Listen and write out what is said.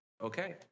okay